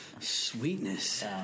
Sweetness